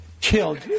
killed